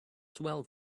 swell